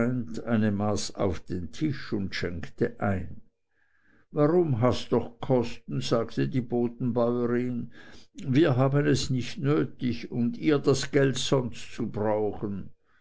eine maß auf den tisch und schenkte ein warum hast doch kosten sagte die bodenbäurin wir haben es nicht nötig und ihr das geld sonst zu brauchen